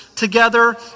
together